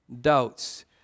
doubts